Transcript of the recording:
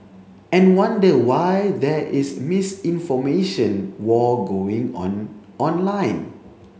and wonder why there is misinformation war going on online